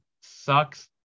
sucks